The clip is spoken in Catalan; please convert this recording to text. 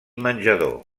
menjador